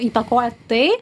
įtakoja tai